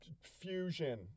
fusion